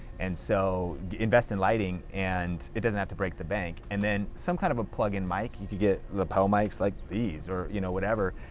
and so invest in lighting and it doesn't have to break the bank. and then some kind of a plug in mic. you could get lapel mics like these, or you know whatever,